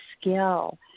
skill